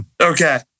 Okay